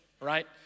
right